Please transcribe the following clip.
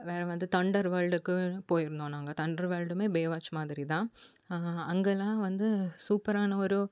வேற வந்து தண்டர் வேல்டுக்கு போயிருந்தோம் நாங்கள் தண்டர் வேல்டுமே பேவாட்ச் மாதிரி தான் அங்கெல்லாம் வந்து சூப்பரான ஒரு